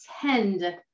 tend